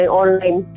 online